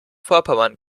vorpommern